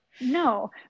No